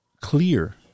clear